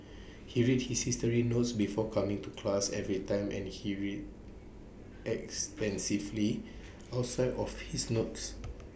he read his history notes before coming to class every time and he read extensively outside of his notes